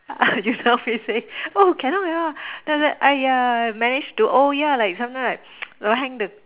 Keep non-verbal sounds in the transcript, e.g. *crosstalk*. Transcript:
ah just can face him oh cannot cannot then after that !aiya! manage to oh yeah like sometime *noise* like hang the